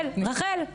רחל.